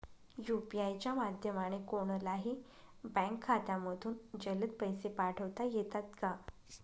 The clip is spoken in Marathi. यू.पी.आय च्या माध्यमाने कोणलाही बँक खात्यामधून जलद पैसे पाठवता येतात का?